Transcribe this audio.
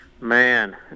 Man